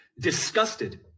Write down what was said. disgusted